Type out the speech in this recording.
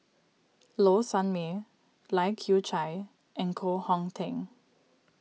Low Sanmay Lai Kew Chai and Koh Hong Teng